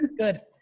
good.